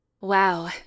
wow